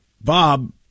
Bob